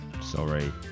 sorry